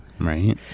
Right